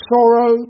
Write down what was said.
sorrow